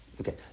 okay